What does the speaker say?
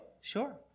sure